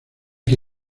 que